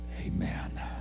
Amen